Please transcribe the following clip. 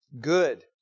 Good